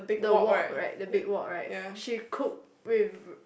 the wok right the big wok right she cook with